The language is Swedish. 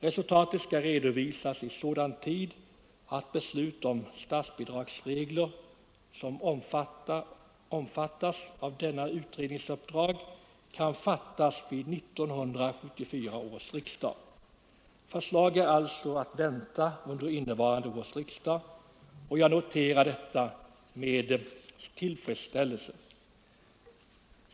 Resultatet skall redovisas i sådan tid att beslut om statsbidragsregler som omfattas av detta utredningsuppdrag kan fattas vid 1974 års riksdag. Förslag är alltså att vänta under innevarande års riksdag. Jag noterar detta med tillfredsställelse.